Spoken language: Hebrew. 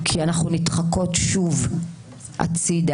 כי אנחנו נדחקות שוב הצידה,